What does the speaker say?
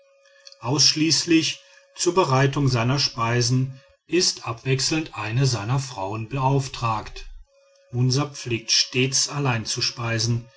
ausschließlich zur bereitung seiner speisen ist abwechselnd eine seiner frauen beauftragt munsa pflegt stets allein zu speisen